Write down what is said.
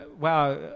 Wow